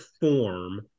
form